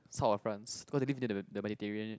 South of France cause they live near the the Mediterranean